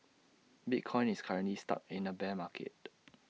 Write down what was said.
bitcoin is currently stuck in A bear market